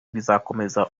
bizakomeza